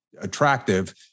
attractive